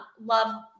love